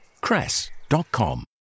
Cress.com